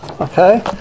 Okay